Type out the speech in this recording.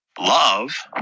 Love